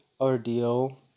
ordeal